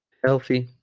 healthy